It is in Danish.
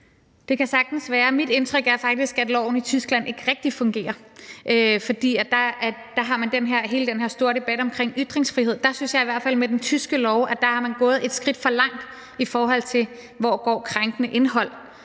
Det kan sagtens være. Mit indtryk er faktisk, at loven i Tyskland ikke rigtig fungerer, for der har man hele den her store debat om ytringsfrihed. Der synes jeg i hvert fald, at man med den tyske lov er gået et skridt for langt, altså i forhold til hvor grænsen for krænkende indhold